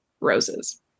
roses